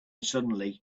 suddenly